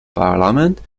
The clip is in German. parlament